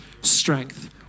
strength